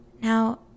Now